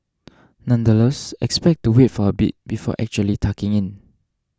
nonetheless expect to wait for a bit before actually tucking in